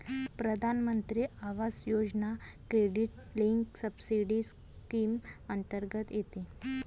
प्रधानमंत्री आवास योजना क्रेडिट लिंक्ड सबसिडी स्कीम अंतर्गत येते